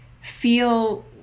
feel